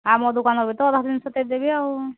ଆଉ ମୋ ଦୋକାନରେ ବି ତ ଅଧା ଜିନିଷ ଦେଇ ଦେବି ଆଉ